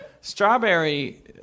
Strawberry